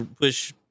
push